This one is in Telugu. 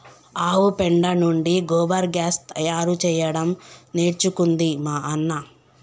ఆవు పెండ నుండి గోబర్ గ్యాస్ తయారు చేయడం నేర్చుకుంది మా అన్న